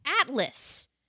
Atlas